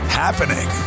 happening